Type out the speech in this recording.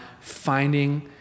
finding